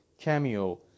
cameo